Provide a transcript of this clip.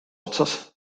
otsas